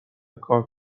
کار